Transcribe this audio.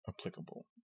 applicable